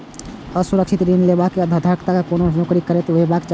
असुरक्षित ऋण लेबा लेल उधारकर्ता कें कोनो नौकरी करैत हेबाक चाही